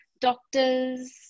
doctors